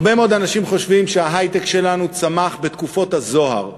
הרבה מאוד אנשים חושבים שההיי-טק שלנו צמח בתקופות הזוהר.